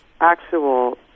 actual